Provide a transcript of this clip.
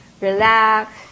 relax